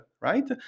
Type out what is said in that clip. right